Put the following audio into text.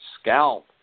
scalp